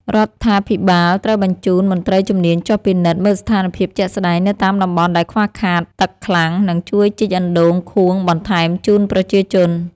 រដ្ឋាភិបាលត្រូវបញ្ជូនមន្ត្រីជំនាញចុះពិនិត្យមើលស្ថានភាពជាក់ស្តែងនៅតាមតំបន់ដែលខ្វះខាតទឹកខ្លាំង និងជួយជីកអណ្តូងខួងបន្ថែមជូនប្រជាជន។